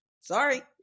sorry